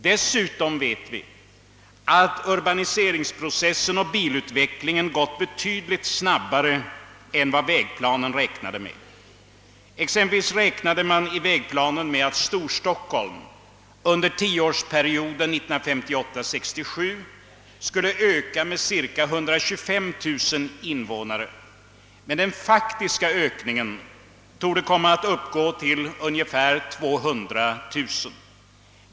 Dessutom vet vi att urbaniseringsprocessen och bilutvecklingen har gått betydligt snabbare än vad vägplanen förutsatte. I vägplanen räknade man exempelvis med att Storstockholm under tioårsperioden 1958—1967 skulle öka med cirka 125 000 invånare, medan den faktiska ökningen torde komma att uppgå till ungefär 200 000.